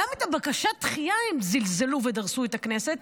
גם בבקשת הדחייה הם זלזלו ודרסו את הכנסת.